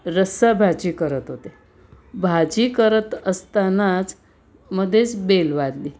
रस्साभाजी करत होते भाजी करत असतानाच मध्येच बेल वाजली